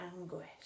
anguish